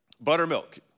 buttermilk